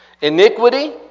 iniquity